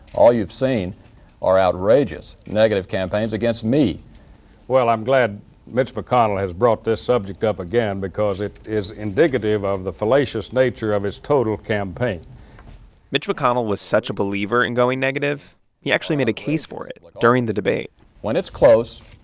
all you've seen are outrageous negative campaigns against me well, i'm glad mitch mcconnell has brought this subject up again because it is indicative of the fallacious nature of his total campaign mitch mcconnell was such a believer in going negative he actually made a case for it like during the debate when it's close,